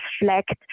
reflect